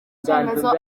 ikemezo